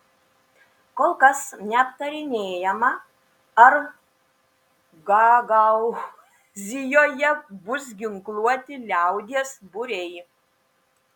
kol kas neaptarinėjama ar gagaūzijoje bus ginkluoti liaudies būriai